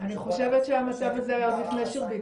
שבו אנחנו צריכים לשבת עם מערך הסייבר.